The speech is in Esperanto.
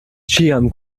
ĉiam